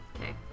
Okay